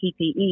PPE